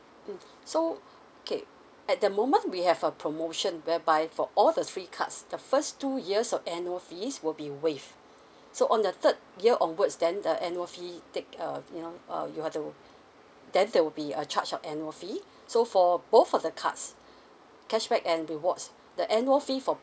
mm so okay at the moment we have a promotion whereby for all the three cards the first two years of annual fees will be waived so on the third year onwards then the annual fee take uh you know uh you have to then there will be a charge of annual fee so for both of the cards cashback and rewards the annual fee for